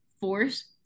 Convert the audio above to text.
force